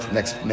Next